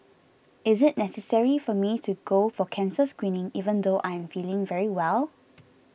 is it necessary for me to go for cancer screening even though I am feeling very well